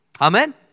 Amen